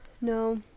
No